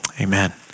amen